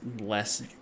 less